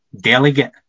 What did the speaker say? delegate